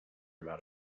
about